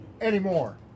anymore